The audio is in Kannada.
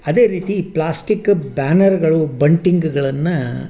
ಅದೇ ರೀತಿ ಈ ಪ್ಲಾಸ್ಟಿಕ್ ಬ್ಯಾನರ್ಗಳು ಬಂಟಿಂಗ್ಗಳನ್ನು